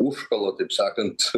užkala taip sakant